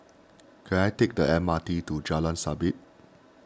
can I take the M R T to Jalan Sabit